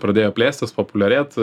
pradėjo plėstis populiarėt